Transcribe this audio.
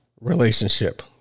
relationship